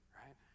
right